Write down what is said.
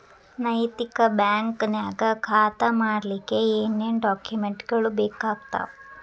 ನೈತಿಕ ಬ್ಯಾಂಕ ನ್ಯಾಗ್ ಖಾತಾ ಮಾಡ್ಲಿಕ್ಕೆ ಏನೇನ್ ಡಾಕುಮೆನ್ಟ್ ಗಳು ಬೇಕಾಗ್ತಾವ?